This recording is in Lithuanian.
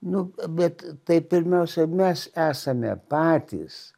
nu bet tai pirmiausia mes esame patys